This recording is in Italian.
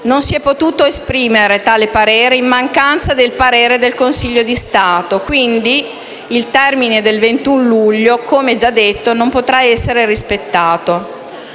non si è potuto esprimere in mancanza del parere del Consiglio di Stato. Quindi, il termine del 21 luglio, come già detto, non potrà essere rispettato.